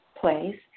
place